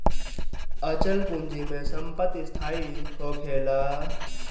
अचल पूंजी में संपत्ति स्थाई होखेला